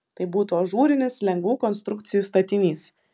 tai būtų ažūrinis lengvų konstrukcijų statinys